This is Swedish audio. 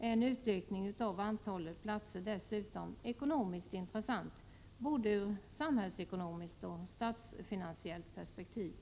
är en utökning av antalet platser dessutom ekonomiskt intressant både i samhällsekonomiskt och i statsfinansiellt perspektiv.